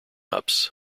ups